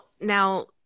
now